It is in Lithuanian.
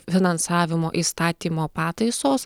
finansavimo įstatymo pataisos